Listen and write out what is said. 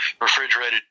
refrigerated